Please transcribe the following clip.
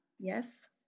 Yes